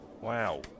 Wow